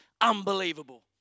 unbelievable